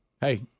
Hey